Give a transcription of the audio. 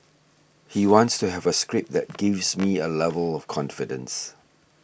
he wants to have a script that gives me a level of confidence